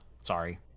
Sorry